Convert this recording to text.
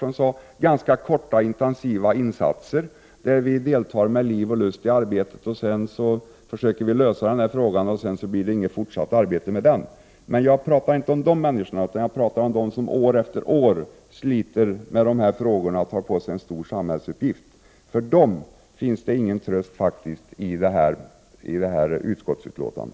Det gäller ganska korta och intensiva insatser, där vi deltar med liv och lust i arbetet för att försöka lösa en viss fråga. Det blir sedan inget fortsatt arbete med den frågan. Jag talar emellertid inte om de människorna, utan jag talar om dem som år efter år sliter med dessa frågor och tar på sig en stor samhällsuppgift. För dem finns det faktiskt ingen tröst i detta utskottsbetänkande.